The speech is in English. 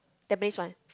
Tampines one